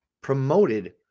promoted